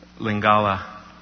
Lingala